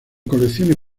colecciones